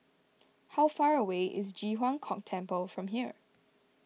how far away is Ji Huang Kok Temple from here